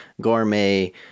gourmet